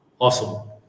awesome